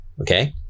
okay